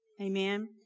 Amen